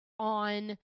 on